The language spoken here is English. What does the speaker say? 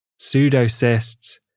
pseudocysts